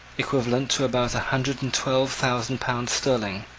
equivalent to about a hundred and twelve thousand pounds sterling,